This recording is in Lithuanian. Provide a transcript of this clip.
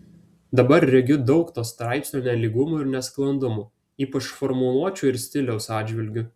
dabar regiu daug to straipsnio nelygumų ir nesklandumų ypač formuluočių ir stiliaus atžvilgiu